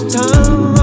time